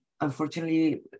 Unfortunately